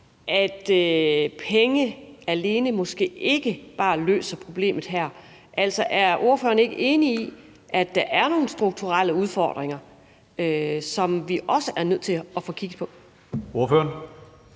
at penge alene måske ikke løser problemet her. Er ordføreren ikke enig i, at der også er nogle strukturelle udfordringer, som vi også er nødt til at få kigget på?